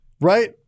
right